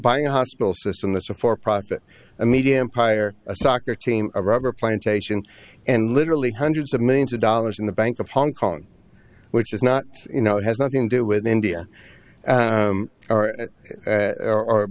buying a hospital system this a for profit a media empire a soccer team a rubber plantation and literally hundreds of millions of dollars in the bank of hong kong which is not you know has nothing do with india are at or or